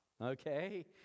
okay